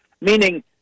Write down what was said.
meaning